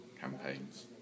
campaigns